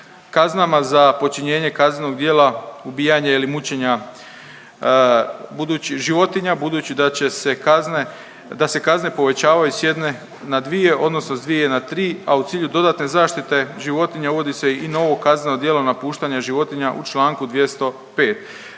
kaznama za počinjenje kaznenog djela ubijanja ili mučenja budući životinja, budući da će se kazne, da se kazne povećavaju s jedne na dvije odnosno s dvije na tri, a u cilju dodatne zaštite životinja uvodi se i novo kazneno djelo napuštanja životinja u članku 205.